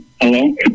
Hello